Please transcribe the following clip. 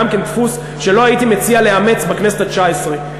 גם כן דפוס שלא הייתי מציע לאמץ בכנסת התשע-עשרה.